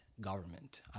government